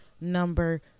number